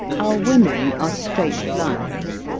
our women are straight lines.